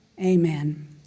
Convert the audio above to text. Amen